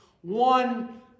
one